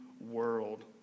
world